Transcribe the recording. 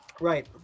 right